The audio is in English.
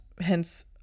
hence